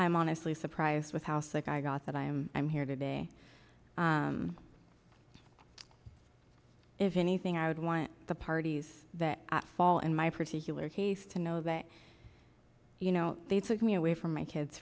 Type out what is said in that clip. i'm honestly surprised with how sick i got that i am i'm here today if anything i would want the parties that fall in my particular case to know that you know they took me away from my kids